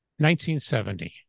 1970